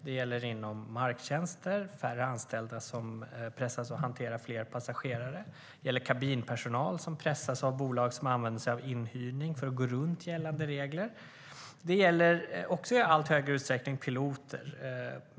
Det gäller för marktjänster där färre anställda pressas att hantera fler passagerare, det gäller kabinpersonal som pressas av bolag som använder sig av inhyrning för att gå runt gällande regler och det gäller i allt högre utsträckning också piloter.